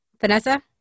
Vanessa